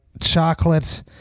chocolate